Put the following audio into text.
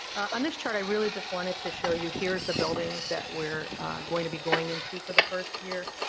on this chart i really just wanted to show you, here's the buildings that we're going to be going into for the first year.